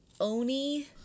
oni